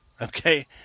okay